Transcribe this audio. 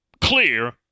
clear